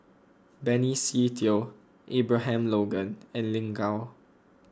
Benny Se Teo Abraham Logan and Lin Gao